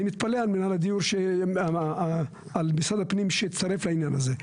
אני מתפלא על משרד הפנים שהצטרף לעניין הזה.